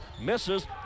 misses